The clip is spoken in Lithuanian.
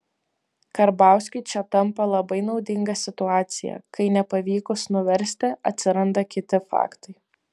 karbauskiui čia tampa labai naudinga situacija kai nepavykus nuversti atsiranda kiti faktai